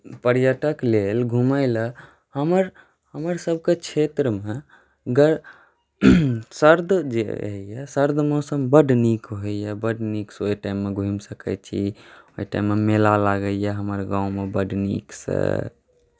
पर्यटक लेल घुमैलए हमर हमरसबके क्षेत्रमे सर्द जे रहैए सर्द मौसम बड्ड नीक होइए बड्ड नीकसँ ओहि टाइममे घुमि सकै छी ओहि टाइममे मेला लागैए हमर गाममे बड्ड नीकसँ